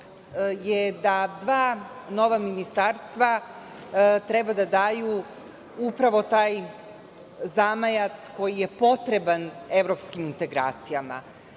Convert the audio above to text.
je da dva nova ministarstva treba da daju upravo taj zamajac koji je potreban evropskim integracijama. Mislim